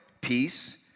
peace